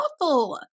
awful